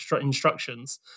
instructions